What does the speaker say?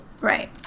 Right